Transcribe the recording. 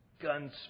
Gunsmoke